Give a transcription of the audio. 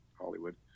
Hollywood